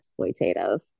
exploitative